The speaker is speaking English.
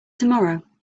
tomorrow